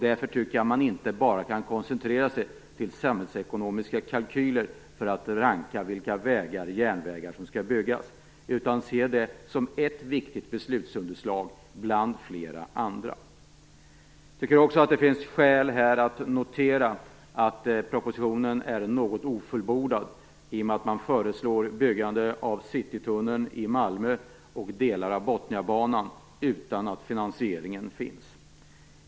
Därför tycker jag att man inte bara kan koncentrera sig till samhällsekonomiska kalkyler för att ranka vilka vägar och järnvägar som skall byggas. Man måste se det som ett viktigt beslutsunderlag bland flera andra. Det finns också skäl att här notera att propositionen är något ofullbordad i och med att man föreslår byggandet av citytunneln i Malmö och delar av Botniabanan utan att finansieringen finns.